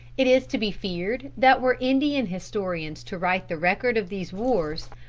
it is to be feared that were indian historians to write the record of these wars,